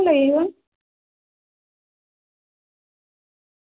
पच्चीस हज़ार पच्चीस हज़ार लगेगा दुकान लगा रहे हो तो